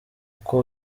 uko